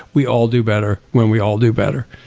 we all do better when we all do better.